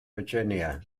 virginia